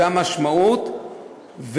זו המשמעות.